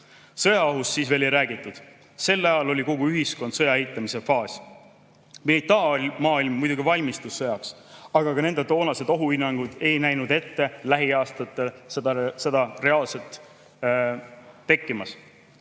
Sõjaohust siis veel ei räägitud. Sel ajal oli kogu ühiskond sõja eitamise faasis. Militaarmaailm muidugi valmistus sõjaks, aga ka nende toonased ohuhinnangud ei näinud ette lähiaastatel sõda reaalselt tekkimas.